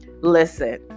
Listen